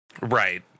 Right